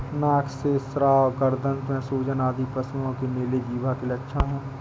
नाक से स्राव, गर्दन में सूजन आदि पशुओं में नीली जिह्वा के लक्षण हैं